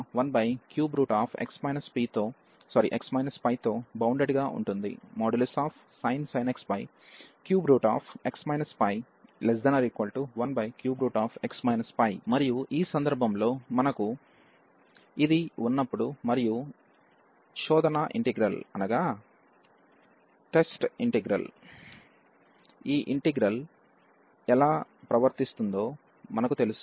sin x 3x π13x π మరియు ఈ సందర్భంలో మనకు ఇది ఉన్నప్పుడు మరియు టెస్ట్ ఇంటిగ్రల్ నుండి ఈ ఇంటిగ్రల్ ఎలా ప్రవర్తిస్తుందో మనకు తెలుసు